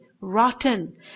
rotten